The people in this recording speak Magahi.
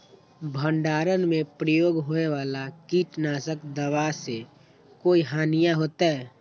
भंडारण में प्रयोग होए वाला किट नाशक दवा से कोई हानियों होतै?